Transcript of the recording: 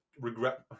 regret